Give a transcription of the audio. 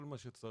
כל מה שצריך